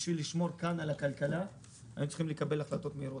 ובשביל לשמור כאן על הכלכלה היינו צריכים לקבל החלטות מהירות.